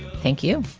thank you.